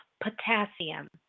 Potassium